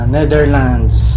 Netherlands